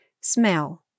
Smell